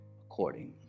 according